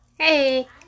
Hey